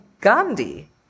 Gandhi